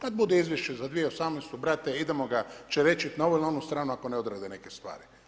Kada bude izvješće za 2018. brate idemo ga čerečiti na ovu ili onu stranu ako ne odrade neke stvari.